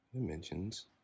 dimensions